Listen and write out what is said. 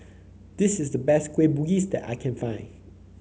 this is the best Kueh Bugis that I can find